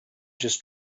just